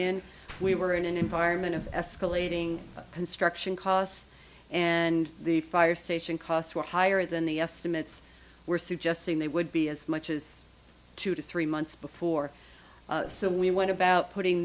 in we were in an environment of escalating construction costs and the fire station costs were higher than the estimates were suggesting they would be as much as two to three months before so we went about putting